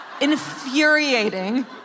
infuriating